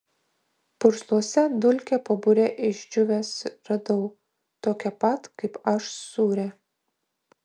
pursluose dulkę po bure išdžiūvęs radau tokią pat kaip aš sūrią